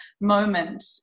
moment